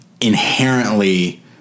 inherently